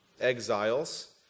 Exiles